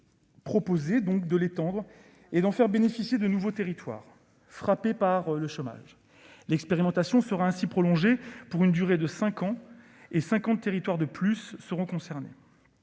proposé de l'étendre et d'en faire bénéficier de nouveaux territoires frappés par le chômage. L'expérimentation sera ainsi prolongée de cinq ans et cinquante territoires de plus seront concernés.